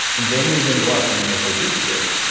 they moved into us to make us their petri dish.